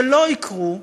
שלא יקרו,